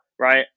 right